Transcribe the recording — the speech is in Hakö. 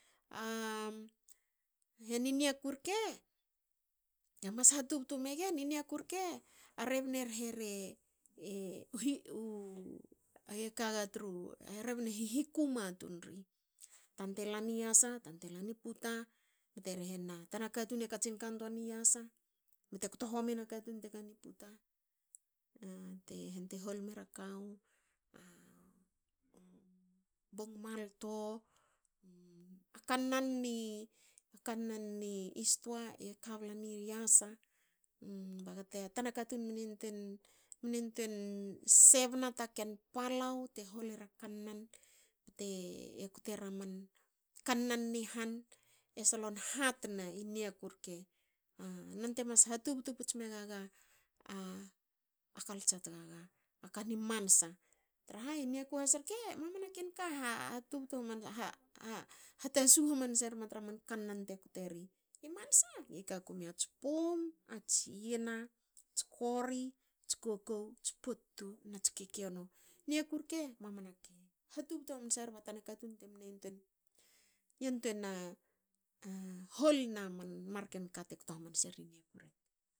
A heni niaku rke gemas ha tubtu megen i niaku rke a rebna e rhena e hihi kuma tun ri. Tante lani yasa tante lani puta bte rhena tana katun e katsin kani yasa bte kto homiena katun te kani puta. Hen te hol mera kawu. bong malto. a kannan ni- kannan ni stoa e kabla ni yasa ba gate tana katun mne yantuen sebna palau te hol era kannan. e kotera kannan ni han. E solon hat ne i niaku rke nonte mas ha tubtu puts megaga a kalts tgaga. kani mansa traha i niaku has rke. mamana ken ka tubtu haman. hatasu hamanse rma tra man kannan te koteri mansa ika ku mia mats pum. ats yena. ats kori. ats kokou. ats potutu nats kekiono. Niaku rek ha tubtu hamansa bera tanta katun temne yantuein yantuei na hol na manka te kto hamanseri niaku rke